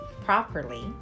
properly